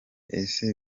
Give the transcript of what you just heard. ese